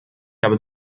habe